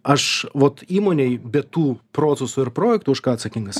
aš vot įmonėj be tų procesų ir projektų už ką atsakingas